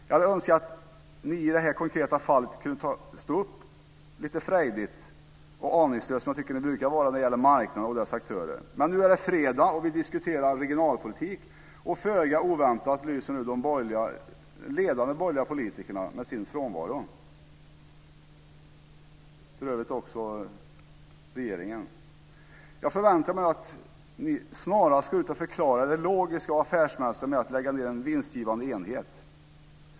Jag hade önskat att ni i det här konkreta fallet skulle kunna stå upp lite frejdigt och aningslöst - som jag tycker att ni brukar göra när det gäller marknaden och dess aktörer. Men nu är det fredag, och vi diskuterar regionalpolitik. Föga oväntat lyser de ledande borgerliga politikerna med sin frånvaro, vilket för övrigt också gäller regeringen. Jag förväntar mig att ni snarast går ut och förklarar det logiska och affärsmässiga i att lägga ned en vinstgivande enhet.